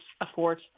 afford